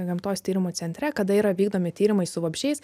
gamtos tyrimų centre kada yra vykdomi tyrimai su vabzdžiais